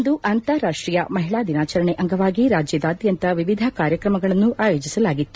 ಇಂದು ಅಂತಾರಾಷ್ವೀಯ ಮಹಿಳಾ ದಿನಾಚರಣೆ ಅಂಗವಾಗಿ ರಾಜ್ಯದಾದ್ಯಂತ ವಿವಿಧ ಕಾರ್ಯಕ್ರಮಗಳನ್ನು ಆಯೋಜಿಸಲಾಗಿತ್ತು